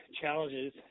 challenges